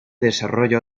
desarrolla